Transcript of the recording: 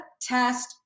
test